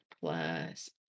plus